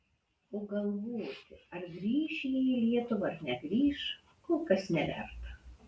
o galvoti ar grįš jie į lietuvą ar negrįš kol kas neverta